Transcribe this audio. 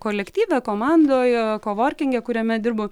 kolektyve komandoj kovorkinge kuriame dirbu